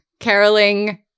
Caroling